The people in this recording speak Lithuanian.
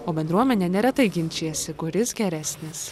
o bendruomenė neretai ginčijasi kuris geresnis